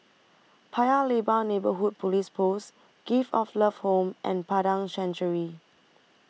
Paya Lebar Neighbourhood Police Post Gift of Love Home and Padang Chancery